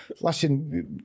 listen